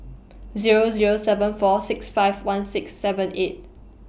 Zero Zero seven four six five one six seven eight